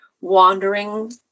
wandering